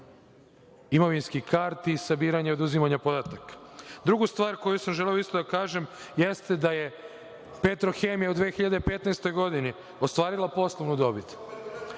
imovinskih karti, sabiranja i oduzimanja podataka. Drugu stvar koju sam želeo isto da kažem, jeste da je „Petrohemija“ u 2015. godini ostvarila poslovnu dobit.